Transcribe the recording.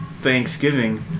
Thanksgiving